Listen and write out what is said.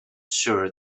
sure